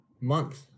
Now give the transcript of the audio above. month